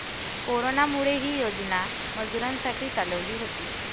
कोरोनामुळे, ही योजना मजुरांसाठी चालवली होती